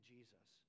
Jesus